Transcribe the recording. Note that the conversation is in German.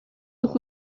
und